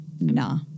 nah